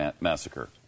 massacre